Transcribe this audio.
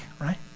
right